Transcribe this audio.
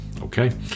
Okay